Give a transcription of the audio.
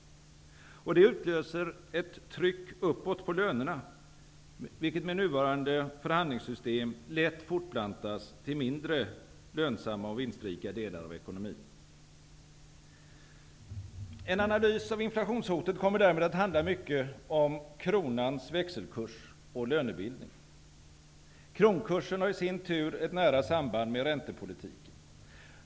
Detta utlöser ett tryck uppåt på lönerna, vilket med nuvarande förhandlingssystem lätt fortplantas till mindre lönsamma och vinstrika delar av ekonomin. En analys av inflationshotet kommer därmed att handla mycket om kronans växelkurs och lönebildningen. Kronkursen har i sin tur ett nära samband med räntepolitiken.